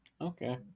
Okay